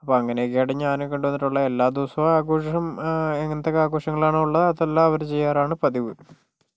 അപ്പോൾ അങ്ങനെയൊക്കെയാണ് ഞാനും കണ്ടുവന്നിട്ടുള്ളത് എല്ലാ ദിവസം ആഘോഷം എങ്ങനത്തെയൊക്കെ ആഘോഷങ്ങളാണ് ഉള്ളത് അതെല്ലാം അവര് ചെയ്യാറാണ് പതിവ്